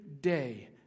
day